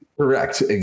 correct